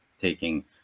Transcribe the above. taking